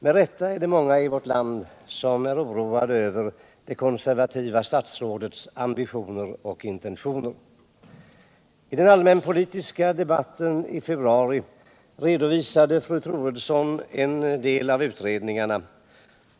Med rätta är det många i vårt land som är oroade över det konservativa statsrådets ambitioner och intentioner. I den allmänpolitiska debatten i februari redovisade fru Troedsson vissa av utredningarna.